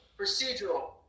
Procedural